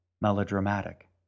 melodramatic